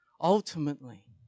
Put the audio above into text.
Ultimately